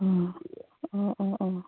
अ अ अ अ